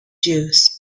jews